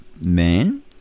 man